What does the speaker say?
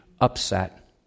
upset